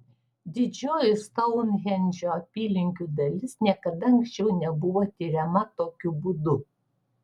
didžioji stounhendžo apylinkių dalis niekada anksčiau nebuvo tiriama tokiu būdu